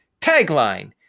Tagline